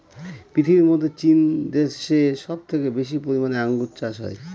পৃথিবীর মধ্যে চীন দেশে সব থেকে বেশি পরিমানে আঙ্গুর চাষ হয়